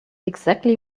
exactly